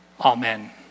Amen